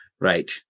Right